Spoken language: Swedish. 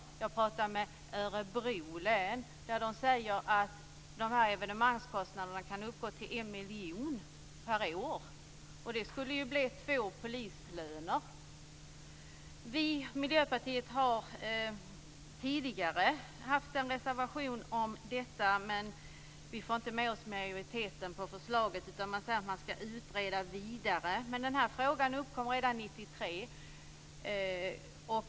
Jag har pratat med Örebro län och där säger man att evenemangskostnaderna kan uppgå till 1 miljon kronor per år - Vi i Miljöpartiet har tidigare haft en reservation om detta men vi får inte med oss en majoritet på förslaget, utan man säger att man ska utreda vidare men frågan uppkom redan 1993.